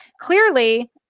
clearly